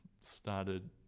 started